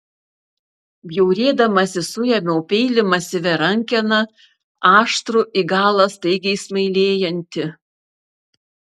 bjaurėdamasi suėmiau peilį masyvia rankena aštrų į galą staigiai smailėjantį